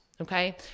okay